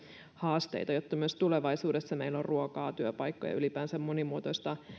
haasteita jotta myös tulevaisuudessa meillä on ruokaa työpaikkoja ylipäänsä monimuotoista